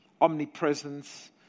omnipresence